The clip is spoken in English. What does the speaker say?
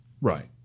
Right